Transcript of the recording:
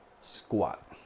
squat